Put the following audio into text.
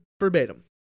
verbatim